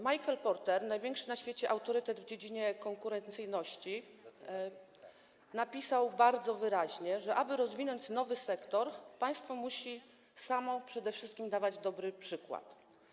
Michael Porter, największy na świecie autorytet w dziedzinie konkurencyjności, napisał bardzo wyraźnie, że aby rozwinąć nowy sektor, państwo musi przede wszystkim samo dawać dobry przykład.